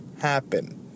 happen